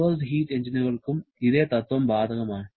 reversed heat എഞ്ചിനുകൾക്കും ഇതേ തത്ത്വം ബാധകമാണ്